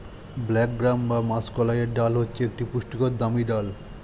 black gram বা মাষকলাইয়ের ডাল হচ্ছে একটি পুষ্টিকর দামি ডাল